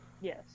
Yes